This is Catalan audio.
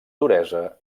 duresa